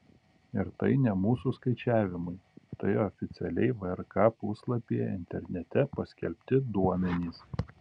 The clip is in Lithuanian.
ir tai ne mūsų skaičiavimai tai oficialiai vrk puslapyje internete paskelbti duomenys